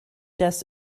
das